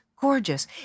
gorgeous